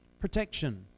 Protection